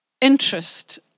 interest